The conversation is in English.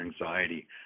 anxiety